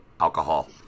Alcohol